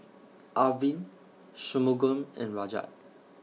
Arvind Shunmugam and Rajat